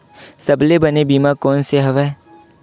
सबले बने बीमा कोन से हवय?